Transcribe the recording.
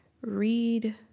read